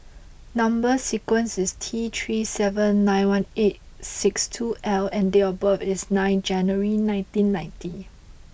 number sequence is T three seven nine one eight six two L and date of birth is nine January nineteen ninety